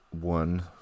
one